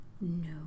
No